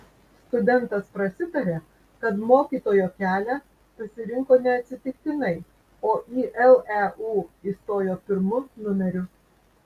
studentas prasitaria kad mokytojo kelią pasirinko neatsitiktinai o į leu įstojo pirmu numeriu